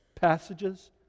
passages